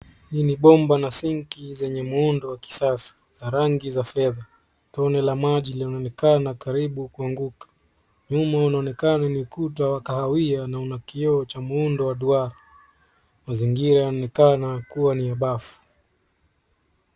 Hii ni bomba na sinki zenye muundo wa kisasa za rangi za fedha .Tone la maji linaonekana karibu kuanguka. Nyuma unaonekana ni ukuta wa kahawia na una kioo cha muundo wa duara. Mazingira yanaonekana kuwa ni ya bafu.